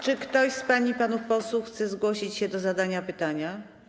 Czy ktoś z pań i panów posłów chce zgłosić się do zadania pytania?